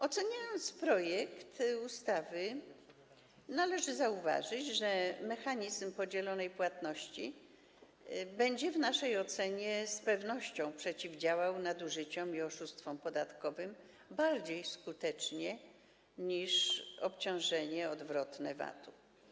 Oceniając projekt ustawy, należy zauważyć, że mechanizm podzielonej płatności będzie w naszej ocenie z pewnością przeciwdziałał nadużyciom i oszustwom podatkowym bardziej skutecznie niż obciążenie odwrotne VAT.